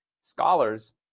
scholars